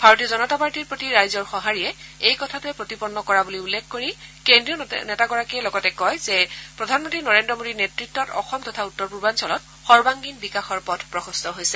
ভাৰতীয় জনতা পাৰ্টীৰ প্ৰতি ৰাইজৰ সঁহাৰি এই কথাটোৱে প্ৰতিপন্ন কৰা বুলি উল্লেখ কৰি কেন্দ্ৰীয় নেতাগৰাকীয়ে লগতে কয় যে প্ৰধানমন্তী নৰেন্দ্ৰ মোদীৰ নেতৃত্বত অসম তথা উত্তৰ পূৰ্বাঞ্চলত সৰ্ব বিকাশৰ পথ মুকলি হৈছে